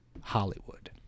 Hollywood